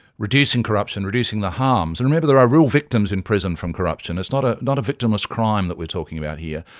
reducing corruption, reducing the harms, and remember there are real victims in prison from corruption, it's not ah not a victimless crime that we are talking about here.